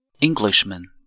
Englishman